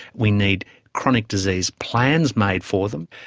we need chronic disease plans made for them.